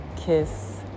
kiss